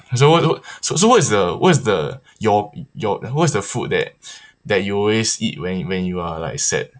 so what so so what is the what is the your your what is the food that that you always eat when y~ when you are like sad